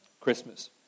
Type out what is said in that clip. Christmas